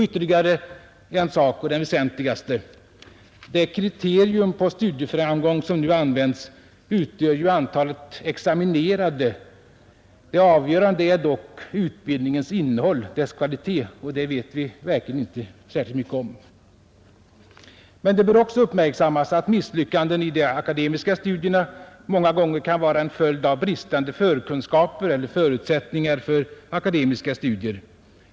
Ytterligare en sak — och den väsentligaste: Det kriterium på studieframgång som nu använts utgör ju antalet examinerade. Det avgörande är dock utbildningens innehåll, dess kvalitet, och det vet vi inte särskilt mycket om. Men det bör också uppmärksammas att misslyckanden i de akademiska studierna många gånger kan vara en följd av bristande förkunskaper eller förutsättningar för akademiska studier.